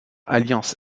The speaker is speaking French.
alliance